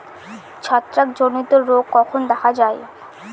ছত্রাক জনিত রোগ কখন দেখা য়ায়?